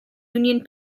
union